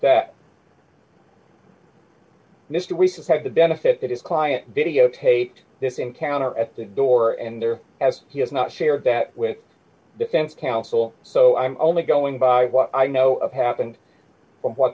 that mr reese has had the benefit that his client videotaped this encounter at the door and there has he has not shared that with defense counsel so i'm only going by what i know of happened from what